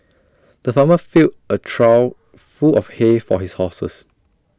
the farmer filled A trough full of hay for his horses